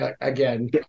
again